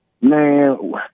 Man